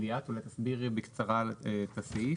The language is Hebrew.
ליאת, אולי תסבירי בקצרה את הסעיף?